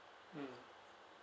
mm